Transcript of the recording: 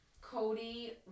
Cody